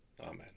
Amen